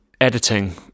editing